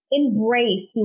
embrace